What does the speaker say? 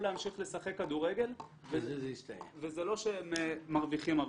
להמשיך לשחק כדורגל וזה לא שהם מרוויחים הרבה.